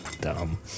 Dumb